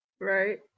Right